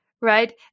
right